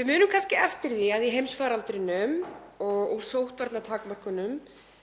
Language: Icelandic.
Við munum kannski eftir því í heimsfaraldrinum og sóttvarnatakmörkunum